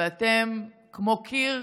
ואתם כמו קיר,